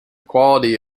quality